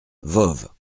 voves